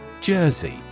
Jersey